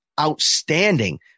outstanding